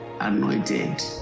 anointed